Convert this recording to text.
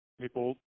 people